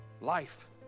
life